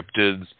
cryptids